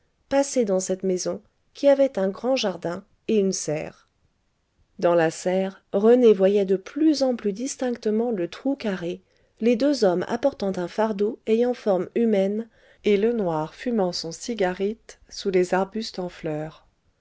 passée dans cette maison qui avait un grand jardin et une serre dans la serre rené voyait de plus en plus distinctement le trou carré les deux hommes apportant un fardeau ayant forme humaine et le noir fumant son cigarite sous arbustes en fleurs